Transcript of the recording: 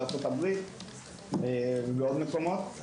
בארצות-הברית ובעוד מקומות.